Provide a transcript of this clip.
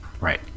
Right